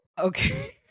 Okay